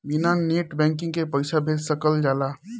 बिना net banking के पईसा भेज सकल जाला?